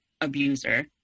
abuser